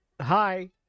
Hi